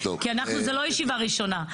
כי אנחנו זה לא ישיבה ראשונה,